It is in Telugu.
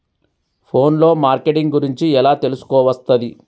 ఫోన్ లో మార్కెటింగ్ గురించి ఎలా తెలుసుకోవస్తది?